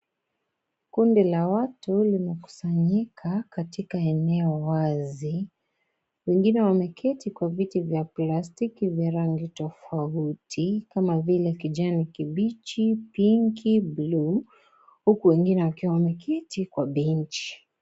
Kundi la watu limekusanyika katika eneo wazi. Wengine wameketi kwa viti vya plastiki vya rangi tofauti kama vile, kijani kibichi, pinki, buluu, huku wengine wakiwa wameketi kwa benchi.